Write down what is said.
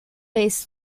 based